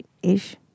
ish